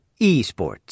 eSports